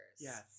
Yes